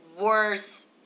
worse